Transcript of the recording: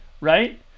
right